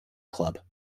club